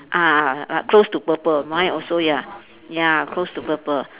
ah l~ like close to purple my also ya ya close to purple